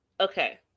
Okay